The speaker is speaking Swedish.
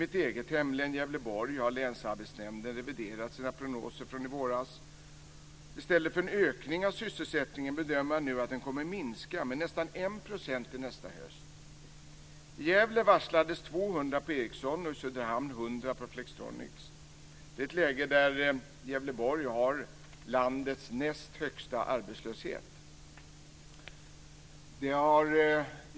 I mitt eget hemlän, Gävleborg, har länsarbetsnämnden reviderat sina prognoser från i våras. I stället för en ökning av sysselsättningen bedömer man nu att den kommer att minska med nästan 1 % till nästa höst. Söderhamn 100 personer på Flextronics - detta i ett läge när Gävleborg har landets näst högsta arbetslöshet.